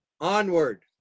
Onward